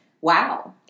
Wow